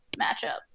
matchup